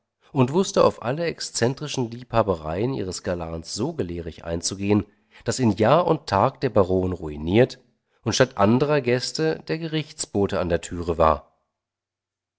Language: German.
und wußte auf alle exzentrischen liebhabereien ihres galans so gelehrig einzugehn daß in jahr und tag der baron ruiniert und statt anderer gäste der gerichtsbote an der türe war